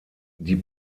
die